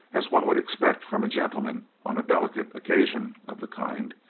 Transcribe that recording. as one would expect from a gentleman on a delicate occasion of the kind,